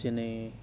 যেনে